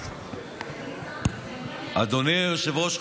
אדוני היושב-ראש,